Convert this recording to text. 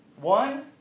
One